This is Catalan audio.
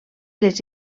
les